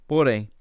Porém